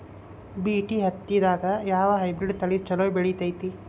BT ಹತ್ತಿದಾಗ ಯಾವ hybrid ತಳಿ ಛಲೋ ಬೆಳಿತೈತಿ?